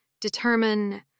determine